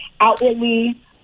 outwardly